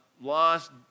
lost